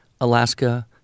Alaska